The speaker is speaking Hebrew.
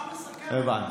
הבנתי.